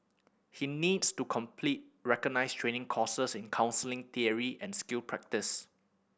he needs to complete recognised training courses in counselling theory and skill practice